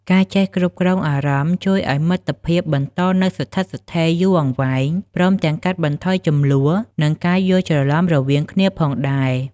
ការចេះគ្រប់់គ្រងអារម្មណ៍ជួយឱ្យមិត្តភាពបន្តនៅស្ថិតស្ថេរយូរអង្វែង ព្រមទាំងកាត់បន្ថយជម្លោះ និងការយល់ច្រឡំរវាងគ្នាផងដែរ។